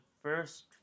first